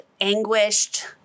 anguished